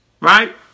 Right